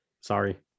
sorry